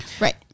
Right